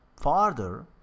farther